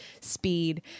speed